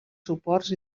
suports